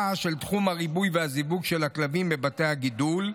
של תחום הריבוי והזיווג של הכלבים בבתי הגידול,